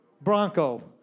Bronco